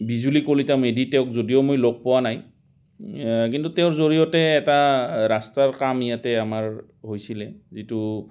বিজুলী কলিতা মেধি তেওঁক যদিও মই লগ পোৱা নাই কিন্তু তেওঁৰ জৰিয়তে এটা ৰাস্তাৰ কাম ইয়াতে আমাৰ হৈছিলে যিটো